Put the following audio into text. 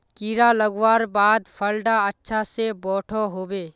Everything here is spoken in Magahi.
कीड़ा लगवार बाद फल डा अच्छा से बोठो होबे?